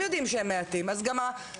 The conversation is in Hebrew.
הם יודעים שהם מעטים אז המחירים,